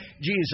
Jesus